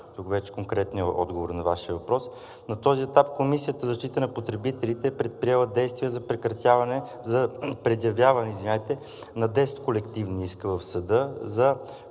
тук вече конкретният отговор на Вашия въпрос. На този етап Комисията за защита на потребителите е предприела действия за предявяване на 10 колективни иска в съда за